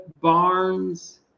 barnes